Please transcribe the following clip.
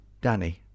Danny